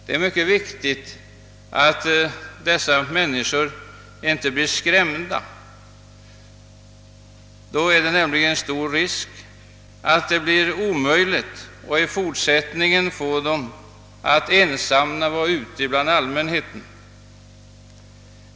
Det är mycket viktigt att dessa människor inte blir skrämda, ty då uppstår stor risk för att det blir omöjligt att i fortsättningen förmå dem att ensamma vistas ute bland allmänheten.